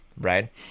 right